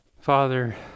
Father